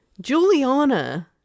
Juliana